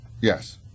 Yes